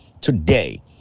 Today